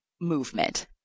movement